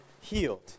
healed